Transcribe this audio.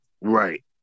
Right